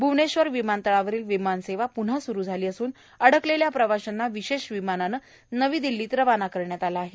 भुवनेश्वर विमानतळावरील विमान सेवा पुन्हा सुरू झाली असून अडकलेल्या प्रवाशांना विशेष विमानानं नवी दिल्लीला रवाना करण्यात आलं आहे